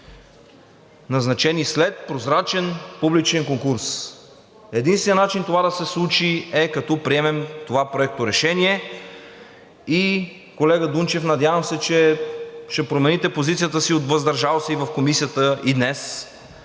назначени след прозрачен, публичен конкурс. Единственият начин това да се случи е като приемем това проекторешение. Колега Дунчев, надявам се, че ще промените позицията си от „въздържал се“ и в Комисията днес